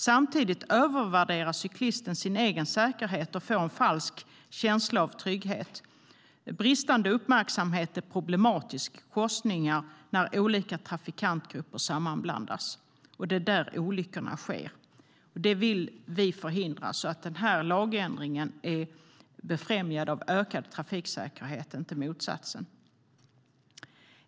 Samtidigt överskattar cyklisten sin egen säkerhet och får en falsk känsla av trygghet. Bristande uppmärksamhet är problematisk i korsningar när olika trafikantgrupper sammanblandas, och det är där olyckorna sker. Detta vill vi förhindra. Den här lagändringen befrämjar ökad trafiksäkerhet, inte motsatsen.